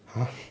!huh!